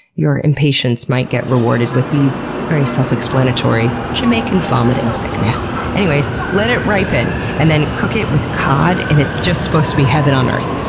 your impatience might get rewarded with the very self-explanatory jamaican vomiting sickness. anyways, let it ripen, and then cook it with cod and it's just supposed to be heaven on earth!